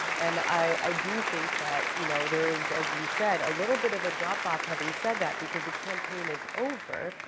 and i i do think that you know, there is, as you said, a little bit of a drop-off having said that, because the campaign is over,